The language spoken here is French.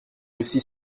aussi